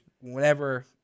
whenever